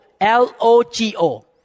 L-O-G-O